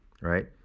Right